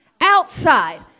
outside